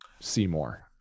seymour